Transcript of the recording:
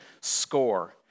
score